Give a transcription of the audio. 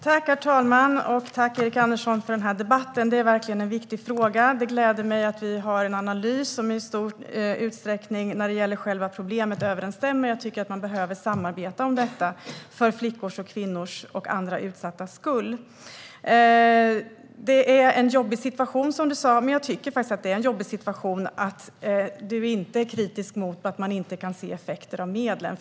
Herr talman! Tack, Erik Andersson, för den här debatten! Det är verkligen en viktig fråga, och det gläder mig att vår analys när det gäller själva problemet i stor utsträckning överensstämmer. Man behöver samarbeta om detta för flickors, kvinnors och andra utsattas skull. Det är en jobbig situation, som Erik Andersson sa, men jag tycker också att det är en jobbig situation att han är kritisk och menar att man inte kan se effekter av medlen.